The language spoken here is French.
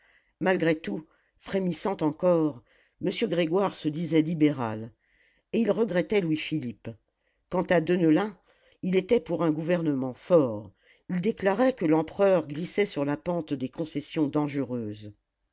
malgré tout frémissant encore m grégoire se disait libéral et il regrettait louis-philippe quant à deneulin il était pour un gouvernement fort il déclarait que l'empereur glissait sur la pente des concessions dangereuses